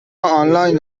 آنلاین